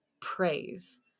praise